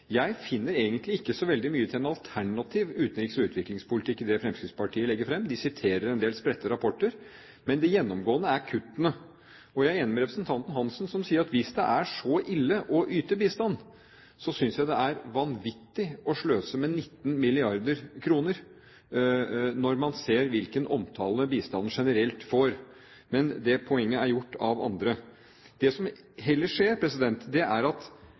Jeg finner egentlig ikke så veldig mye til en alternativ utenriks- og utviklingspolitikk i det Fremskrittspartiet legger fram. De siterer en del spredte rapporter, men det gjennomgående er kuttene. Jeg er enig med representanten Svein Roald Hansen, som sier at hvis det er så ille å yte bistand, er det vanvittig å sløse med 19 mrd. kr når man ser hvilken omtale bistanden generelt får. Men det poenget er gjort av andre. Det som heller skjer, er at Fremskrittspartiet foreslår strategiske kutt som har politiske konsekvenser. Det er